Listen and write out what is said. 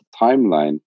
timeline